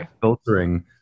filtering